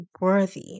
worthy